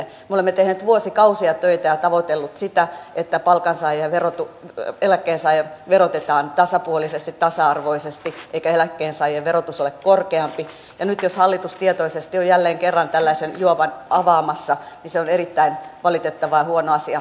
me olemme tehneet vuosikausia töitä ja tavoitelleet sitä että eläkkeensaajia verotetaan tasapuolisesti tasa arvoisesti eikä eläkkeensaajien verotus ole korkeampi ja nyt jos hallitus tietoisesti on jälleen kerran tällaisen juovan avaamassa niin se on erittäin valitettava ja huono asia